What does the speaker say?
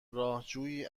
راهجویی